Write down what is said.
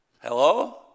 Hello